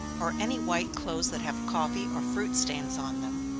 or any white clothes that have coffee or fruit stains on them,